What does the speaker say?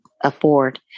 afford